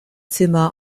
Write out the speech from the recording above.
zimmer